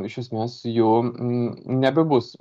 iš esmės jų n nebebus